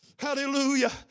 Hallelujah